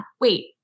wait